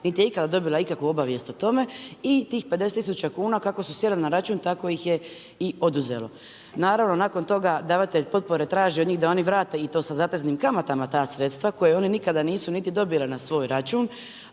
niti je ikada dobila ikakvu obavijest o tome i tih 50000 kuna kako su sjeli na račun, tako ih je i oduzelo. Naravno nakon toga davatelj potpore traži od njih da oni vrate i to sa zateznim kamatama ta sredstva koje one nikada nisu niti dobile na svoj račun,